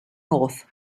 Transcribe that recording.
north